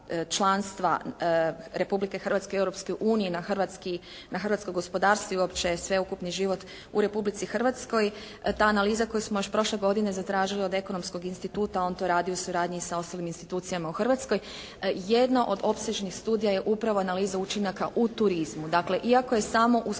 Europskoj uniji na hrvatsko gospodarstvo i uopće sveukupni život u Republici Hrvatskoj, ta analiza koju smo još prošle godine zatražili od Ekonomskog instituta, on to radi u suradnji sa ostalim institucijama u Hrvatskoj, jedno od opsežnih studija je upravo analiza učinaka u turizmu. Dakle iako je samo usklađivanje